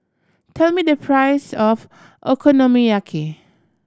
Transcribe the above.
tell me the price of Okonomiyaki